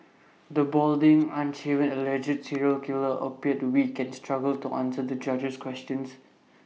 the balding unshaven alleged serial killer appeared weak and struggled to answer the judge's questions